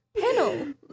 panel